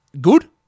good